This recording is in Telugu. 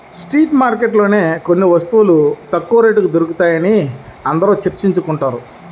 స్ట్రీట్ మార్కెట్లలోనే కొన్ని వస్తువులు తక్కువ రేటుకి దొరుకుతాయని అందరూ చర్చించుకుంటున్నారు